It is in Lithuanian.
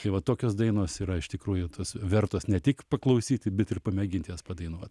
tai va tokios dainos yra iš tikrųjų tos vertos ne tik paklausyti bet ir pamėginti jas padainuot